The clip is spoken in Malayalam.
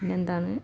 പിന്നെന്താണ്